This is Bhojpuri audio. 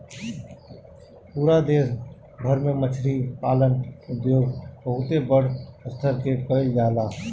पूरा देश भर में मछरी पालन उद्योग बहुते बड़ स्तर पे कईल जाला